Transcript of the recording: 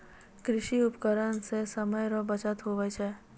कृषि उपकरण से समय रो बचत हुवै छै